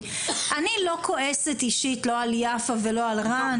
אני לא כועסת אישית לא על יפה ולא על רן,